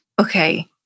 Okay